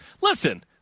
Listen